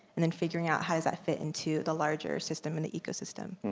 and then figuring out how does that fit into the larger system in the ecosystem.